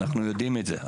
אנחנו יודעים את זה.